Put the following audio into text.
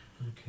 Okay